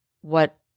what-